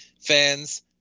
fans